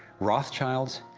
rothschilds,